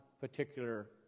particular